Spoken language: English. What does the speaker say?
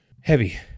Heavy